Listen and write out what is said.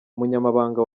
umunyamabanga